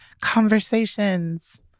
conversations